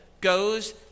goes